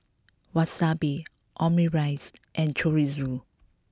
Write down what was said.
Wasabi Omurice and Chorizo